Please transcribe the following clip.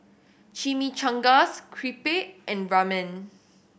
Chimichangas Crepe and Ramen